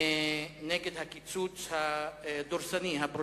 נגד הקיצוץ הדורסני, הברוטלי,